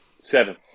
Seven